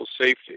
safety